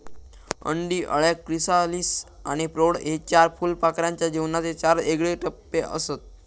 अंडी, अळ्या, क्रिसालिस आणि प्रौढ हे चार फुलपाखराच्या जीवनाचे चार येगळे टप्पेआसत